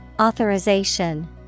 Authorization